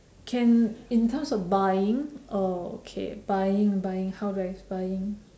can in terms or buying oh okay buying buying how do I buying